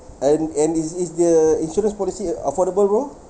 and and is is the insurance policy ah affordable bro